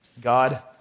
God